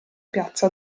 piazza